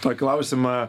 tą klausimą